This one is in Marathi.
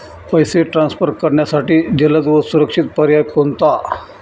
पैसे ट्रान्सफर करण्यासाठी जलद व सुरक्षित पर्याय कोणता?